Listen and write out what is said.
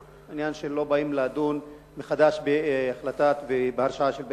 העניין שלא באים לדון מחדש בהחלטה ובהרשעה של בית-המשפט,